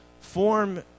form